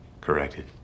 Corrected